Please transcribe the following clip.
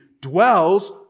dwells